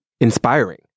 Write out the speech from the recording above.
inspiring